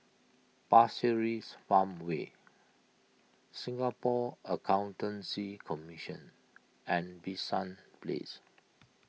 Pasir Ris Farmway Singapore Accountancy Commission and Bishan Place